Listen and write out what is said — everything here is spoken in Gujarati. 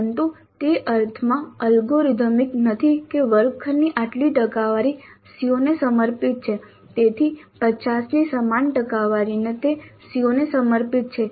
પરંતુ તે અર્થમાં એલ્ગોરિધમિક નથી કે વર્ગખંડની આટલી ટકાવારી CO ને સમર્પિત છે તેથી 50 ની સમાન ટકાવારી તે CO ને સમર્પિત છે